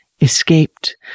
escaped